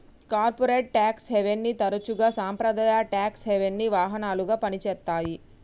corporate tax హెవెన్ని తరచుగా సాంప్రదాయ ట్యేక్స్ హెవెన్కి వాహనాలుగా పనిచేత్తాయి